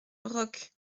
roques